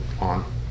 on